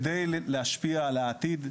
על מנת להשפיע על העתיד,